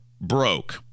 broke